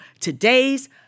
today's